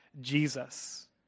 Jesus